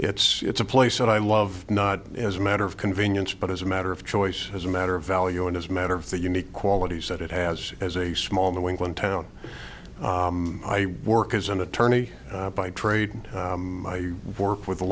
and it's a place that i love not as a matter of convenience but as a matter of choice as a matter of value and as matter of the unique qualities that it has as a small new england town i work as an attorney by trade and my work with